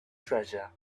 treasure